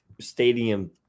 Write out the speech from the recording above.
stadium